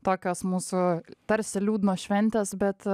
tokios mūsų tarsi liūdnos šventės bet